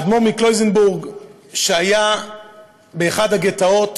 האדמו"ר מקלויזנבורג שהיה באחד הגטאות